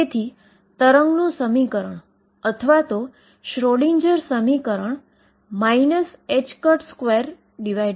તેથી તેમણે આ સમીકરણનો પ્રસ્તાવ મૂક્યો અને મેં આ શોધ્યું